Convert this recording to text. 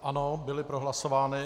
Ano, byly prohlasovány.